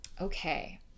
okay